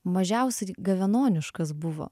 mažiausiai gavenoniškas buvo